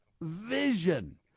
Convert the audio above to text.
vision